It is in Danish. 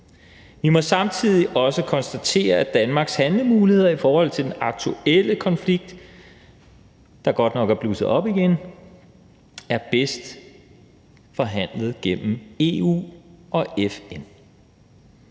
Vi må samtidig også konstatere, at Danmarks handlemuligheder i forhold til den aktuelle konflikt, der godt nok er blusset op igen, er bedst forhandlet gennem EU og FN.